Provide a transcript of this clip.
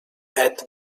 add